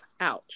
ouch